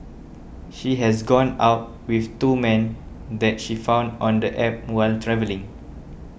she has gone out with two men that she found on the App while travelling